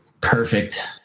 perfect